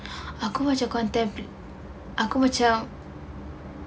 aku macam contempt~ aku macam